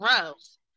gross